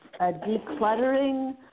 decluttering